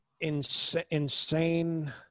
insane